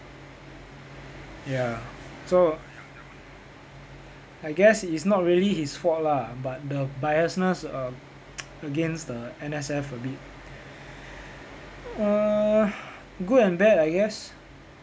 ya so I guess it is not really his fault lah but the biased-ness err against the N_S_F a bit err good and bad I guess